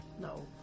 No